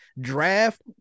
Draft